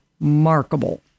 remarkable